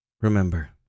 Remember